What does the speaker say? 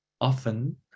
often